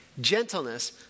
gentleness